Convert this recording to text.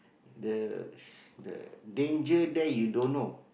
the the danger there you don't know